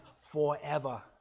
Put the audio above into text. forever